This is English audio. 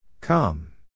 Come